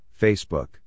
Facebook